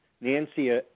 Nancy